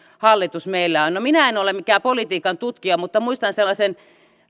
hallitus meillä on no minä en ole mikään politiikan tutkija mutta muistan sellaisen